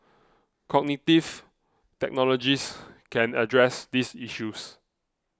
cognitive technologies can address these issues